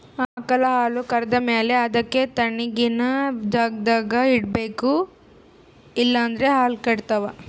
ಆಕಳ್ ಹಾಲ್ ಕರ್ದ್ ಮ್ಯಾಲ ಅದಕ್ಕ್ ತಣ್ಣಗಿನ್ ಜಾಗ್ದಾಗ್ ಇಡ್ಬೇಕ್ ಇಲ್ಲಂದ್ರ ಹಾಲ್ ಕೆಡ್ತಾವ್